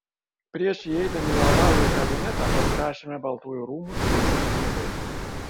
prieš įeidami į ovalųjį kabinetą pasirašėme baltųjų rūmų svečių knygoje